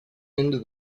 into